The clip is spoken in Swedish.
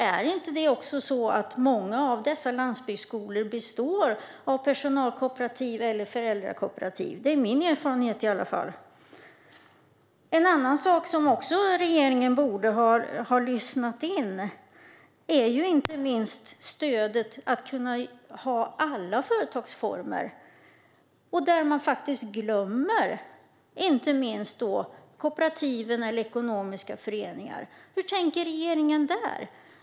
Är inte många av dessa landsbygdsskolor personalkooperativ eller föräldrakooperativ? Det är i alla fall min erfarenhet. Regeringen borde ha tänkt på alla olika företagsformer men har glömt kooperativ och ekonomiska föreningar. Hur tänker man här?